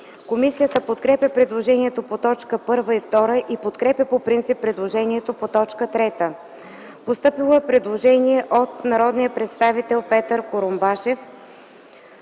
Комисията подкрепя предложението по т. 1 и 2 и подкрепя по принцип предложението по т. 3. Постъпило е предложение от народния представител Петър Курумбашев